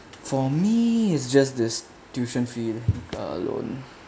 for me is just this tuition fee alone